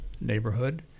neighborhood